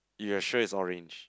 you are sure it's orange